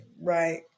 right